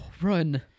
run